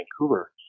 vancouver